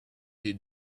they